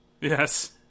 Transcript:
Yes